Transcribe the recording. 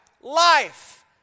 life